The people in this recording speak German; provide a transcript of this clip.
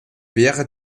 wäre